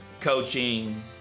coaching